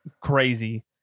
crazy